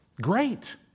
Great